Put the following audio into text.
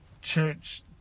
church